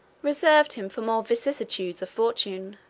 reserved him for more vicissitudes of fortune